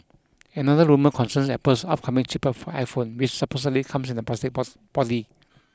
another rumour concerns Apple's upcoming cheaper iPhone which supposedly comes in a plastic body